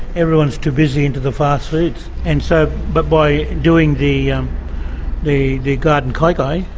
everyone's too busy into the fast seeds, and so but by doing the um the the garden kaikai,